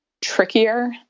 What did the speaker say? Trickier